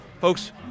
folks